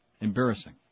embarrassing